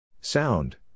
Sound